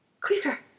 Quicker